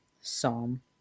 Psalm